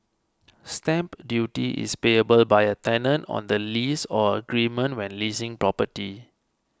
stamp duty is payable by a tenant on the lease or agreement when leasing property